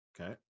Okay